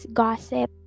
gossip